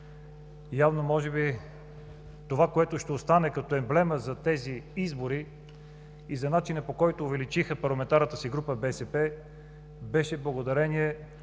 Явно може би това, което ще остане като емблема за тези избори и за начина, по който БСП увеличиха парламентарната си група беше благодарение